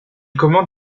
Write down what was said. commente